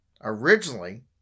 Originally